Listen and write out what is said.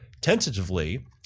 Tentatively